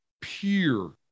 pure